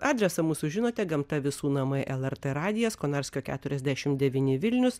adresą mūsų žinote gamta visų namai lrt radijas konarskio keturiasdešim devyni vilnius